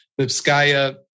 Lipskaya